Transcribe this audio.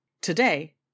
Today